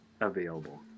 available